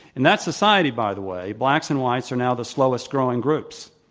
and that society, by the way, blacks and whites are now the slowest growing groups.